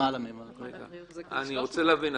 למעלה מ --- זה כבר 300. אני רוצה להבין.